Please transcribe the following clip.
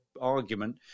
argument